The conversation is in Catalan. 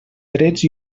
drets